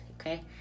okay